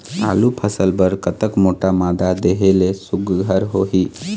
आलू फसल बर कतक मोटा मादा देहे ले सुघ्घर होही?